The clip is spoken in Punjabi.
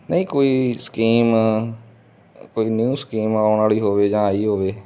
ਨਹੀਂ ਕੋਈ ਸਕੀਮ ਕੋਈ ਨਿਊ ਸਕੀਮ ਆਉਣ ਵਾਲੀ ਹੋਵੇ ਜਾਂ ਆਈ ਹੋਵੇ